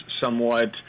somewhat